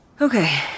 Okay